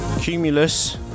Cumulus